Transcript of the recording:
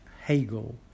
Hegel